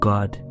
God